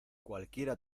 cualquiera